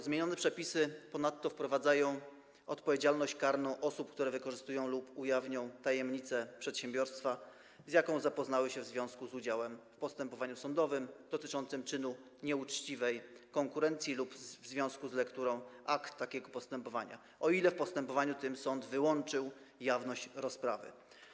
Zmienione przepisy ponadto wprowadzają odpowiedzialność karną osób, które wykorzystają lub ujawnią tajemnicę przedsiębiorstwa, z jaką zapoznały się w związku z udziałem w postępowaniu sądowym dotyczącym czynu nieuczciwej konkurencji lub w związku z lekturą akt takiego postępowania, o ile w postępowaniu tym sąd wyłączył jawność rozprawy.